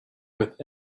with